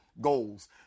goals